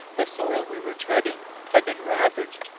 the soil we were treading had been ravaged,